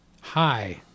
Hi